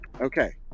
Okay